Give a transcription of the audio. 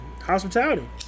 Hospitality